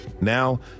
Now